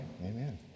Amen